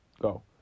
go